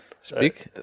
Speak